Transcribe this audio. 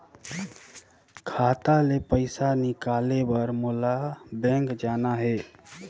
खाता ले पइसा निकाले बर मोला बैंक जाना हे?